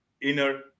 inner